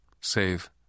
save